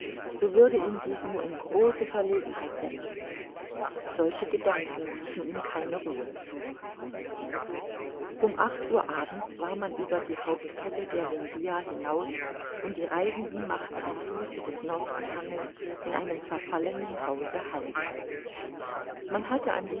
so würde ihn dies nur in große verlegenheit setzen solche gedanken ließen ihm keine ruhe um acht uhr abends war man über die hauptkette der vindhia hinaus und die reisenden machten am fuße des nordabhanges in einem verfallenen hause halt man hatte